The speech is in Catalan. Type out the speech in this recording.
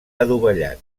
adovellat